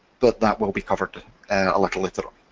but that will be covered a little later on.